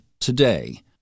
today –